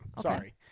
Sorry